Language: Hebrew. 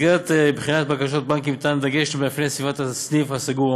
במסגרת בחינת בקשות הבנקים הושם דגש על מאפייני סביבת הסניף הנסגר,